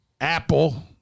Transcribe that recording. apple